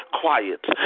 quiet